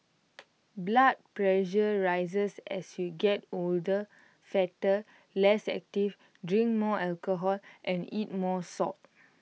blood pressure rises as you get older fatter less active drink more alcohol and eat more salt